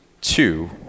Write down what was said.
two